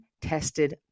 tested